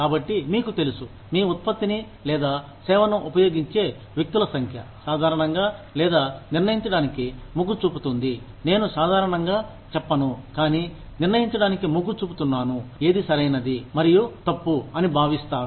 కాబట్టి మీకు తెలుసు మీ ఉత్పత్తిని లేదా సేవను ఉపయోగించే వ్యక్తుల సంఖ్య సాధారణంగా లేదా నిర్ణయించడానికి మొగ్గు చూపుతుంది నేను సాధారణంగా చెప్పను కానీ నిర్ణయించడానికి మొగ్గు చూపుతున్నాను ఏది సరైనది మరియు తప్పు అని భావిస్తారు